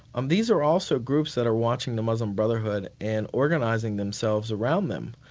um these are also groups that are watching the muslim brotherhood and organising themselves around them.